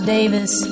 Davis